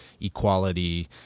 equality